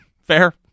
Fair